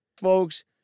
Folks